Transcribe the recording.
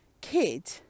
kid